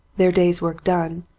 their day's work done,